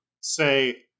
say